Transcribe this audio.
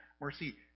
Mercy